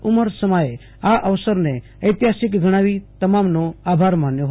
ઉમર સમાએ આ અવસરને ઐતિહાસિક ગણાવી તમામનો આભાર માન્યો હતો